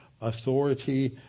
authority